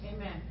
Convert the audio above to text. Amen